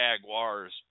jaguars